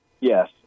Yes